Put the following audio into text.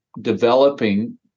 developing